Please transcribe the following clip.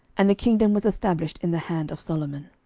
and the kingdom was established in the hand of solomon.